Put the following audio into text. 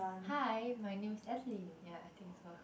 hi my name is Adeline ya I think it's her